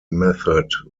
method